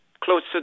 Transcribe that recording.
closer